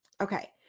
Okay